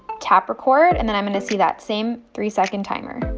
tap record and then i'm going to see that same three second timer.